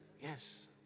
Yes